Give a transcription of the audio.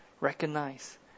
recognize